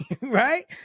right